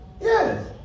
Yes